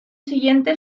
siguiente